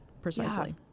Precisely